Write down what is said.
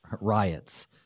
riots